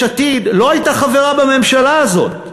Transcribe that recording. יש עתיד לא הייתה חברה בממשלה הזאת.